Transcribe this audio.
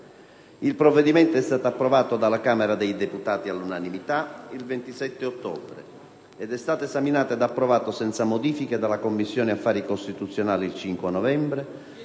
Il provvedimento è stato approvato dalla Camera dei deputati all'unanimità il 27 ottobre scorso ed è stato esaminato e approvato senza modifiche dalla Commissione affari costituzionali del Senato